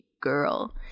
girl